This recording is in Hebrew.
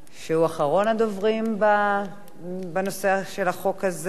שהוא אחרון הדוברים בנושא של החוק הזה.